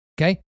okay